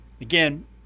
again